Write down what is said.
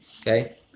Okay